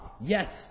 Yes